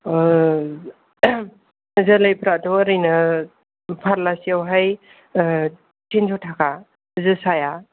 जोलै फोराथ' एरैनो फारलासेयाव हाय थिनस'थाखा जोसाया